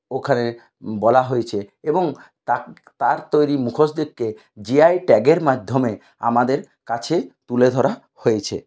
ওখানে বলা হয়েছে এবং তার তৈরী মুখোশদিগকে জিআই ট্যাগের মাধ্যমে আমাদের কাছে তুলে ধরা হয়েছে